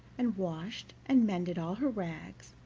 and washed and mended all her rags,